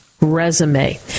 resume